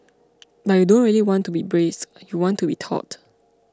but you don't really want to be braced you want to be taut